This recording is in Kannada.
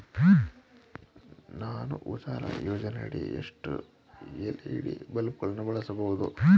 ನಾನು ಉಜಾಲ ಯೋಜನೆಯಡಿ ಎಷ್ಟು ಎಲ್.ಇ.ಡಿ ಬಲ್ಬ್ ಗಳನ್ನು ಬಳಸಬಹುದು?